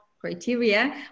criteria